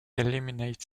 eliminate